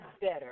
better